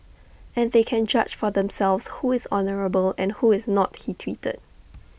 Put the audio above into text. and they can judge for themselves who is honourable and who is not he tweeted